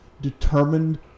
determined